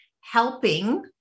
helping